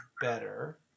better